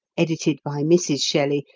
edited by mrs. shelley,